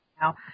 now